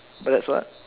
but it's what